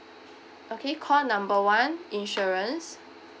okay call number one insurance